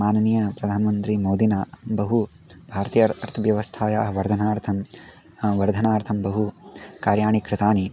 माननीयप्रधानमन्त्री मोदिना बहु भारतीय अर्थव्यवस्थायाः वर्धनार्थं वर्धनार्थं बहु कार्याणि कृतानि